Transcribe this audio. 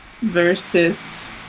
versus